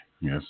Yes